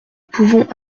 pouvons